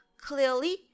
clearly